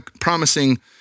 promising